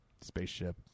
Spaceship